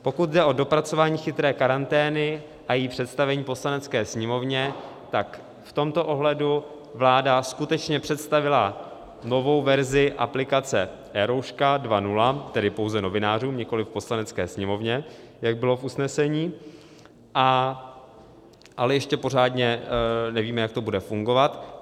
Pokud jde o dopracování chytré karantény a její představení Poslanecké sněmovně, tak v tomto ohledu vláda skutečně představila novou verzi aplikace eRouška 2.0, tedy pouze novinářům, nikoliv Poslanecké sněmovně, jak bylo v usnesení, ale ještě pořádně nevíme, jak to bude fungovat.